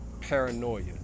paranoia